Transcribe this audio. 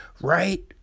Right